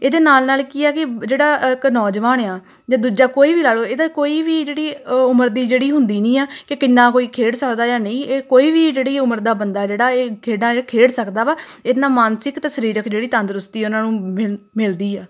ਇਹਦੇ ਨਾਲ ਨਾਲ ਕੀ ਆ ਕਿ ਜਿਹੜਾ ਇੱਕ ਨੌਜਵਾਨ ਆ ਜਾਂ ਦੂਜਾ ਕੋਈ ਵੀ ਲਾ ਲਓ ਇਹਦਾ ਕੋਈ ਵੀ ਜਿਹੜੀ ਅ ਉਮਰ ਦੀ ਜਿਹੜੀ ਹੁੰਦੀ ਨਹੀਂ ਆ ਕਿ ਕਿੰਨਾ ਕੋਈ ਖੇਡ ਸਕਦਾ ਜਾਂ ਨਹੀਂ ਇਹ ਕੋਈ ਵੀ ਜਿਹੜੀ ਉਮਰ ਦਾ ਬੰਦਾ ਜਿਹੜਾ ਇਹ ਖੇਡਾਂ ਖੇਡ ਸਕਦਾ ਵਾ ਇਹਦੇ ਨਾਲ ਮਾਨਸਿਕ ਅਤੇ ਸਰੀਰਕ ਜਿਹੜੀ ਤੰਦਰੁਸਤੀ ਉਹਨਾਂ ਨੂੰ ਮਿਲ ਮਿਲਦੀ ਆ